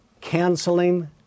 canceling